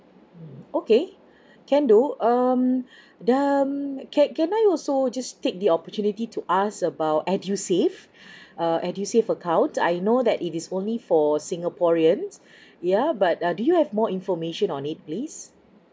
mm okay can do um the um can can I also just take the opportunity to ask about edu save uh edu save account I know that it is only for singaporeans ya but uh do you have more information on it please